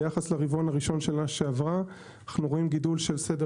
ביחס לרבעון הראשון של שנה שעברה אנחנו רואים גידול בסדר